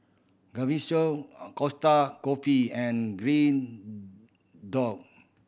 Gaviscon Costa Coffee and Green Dot